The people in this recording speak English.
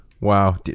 Wow